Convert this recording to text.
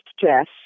Jess